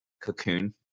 Cocoon